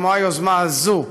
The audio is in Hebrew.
כמו היוזמה הזו,